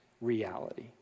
reality